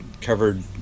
covered